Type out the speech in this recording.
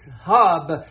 hub